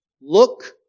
look